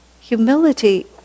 humility